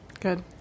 Good